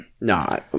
No